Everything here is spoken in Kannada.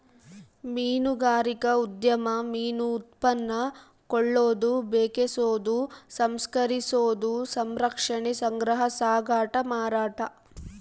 ಮೀನುಗಾರಿಕಾ ಉದ್ಯಮ ಮೀನು ಉತ್ಪನ್ನ ಕೊಳ್ಳೋದು ಬೆಕೆಸೋದು ಸಂಸ್ಕರಿಸೋದು ಸಂರಕ್ಷಣೆ ಸಂಗ್ರಹ ಸಾಗಾಟ ಮಾರಾಟ